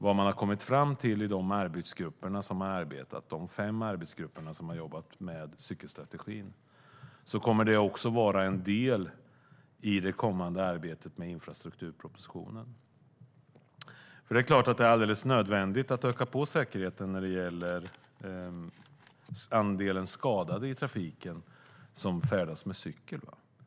Vad man har kommit fram till i de fem arbetsgrupper som har jobbat med cykelstrategin kommer också att vara en del i det kommande arbetet med infrastrukturpropositionen. Det är klart att det är alldeles nödvändigt att öka säkerheten. Det gäller andelen skadade i trafiken bland dem som färdas med cykel.